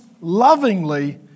lovingly